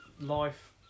life